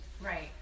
Right